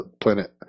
planet